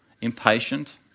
Impatient